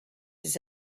his